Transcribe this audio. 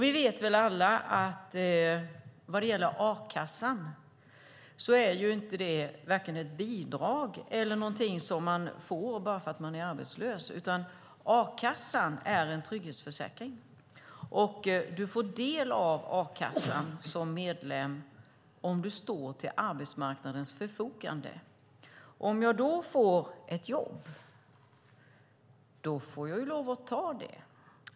Vi vet alla att a-kassan inte är vare sig ett bidrag eller någonting som man får bara för att man är arbetslös, utan a-kassan är en trygghetsförsäkring. Du får del av a-kassan som medlem om du står till arbetsmarknadens förfogande. Om jag får ett jobb får jag lov att ta det.